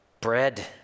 Bread